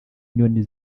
nyoni